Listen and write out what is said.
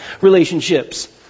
relationships